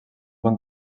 van